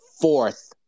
fourth